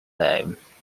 live